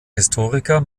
historiker